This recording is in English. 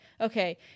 okay